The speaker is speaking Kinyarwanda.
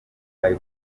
ari